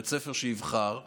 בית ספר שיבחר להכניס,